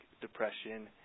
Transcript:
depression